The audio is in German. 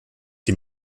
die